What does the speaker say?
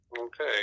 Okay